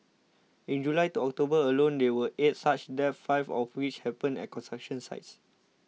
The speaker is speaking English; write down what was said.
in July to October alone there were eight such deaths five of which happened at construction sites